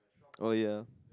oh ya